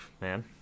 man